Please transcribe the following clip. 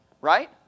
right